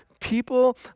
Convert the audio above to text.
people